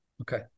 Okay